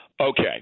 Okay